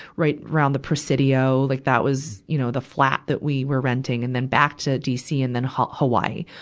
right around the presidio, like that was, you know, the flat that we were renting. and then back to dc and then ha, hawaii.